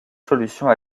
solution